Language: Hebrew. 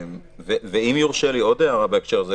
בנוסף,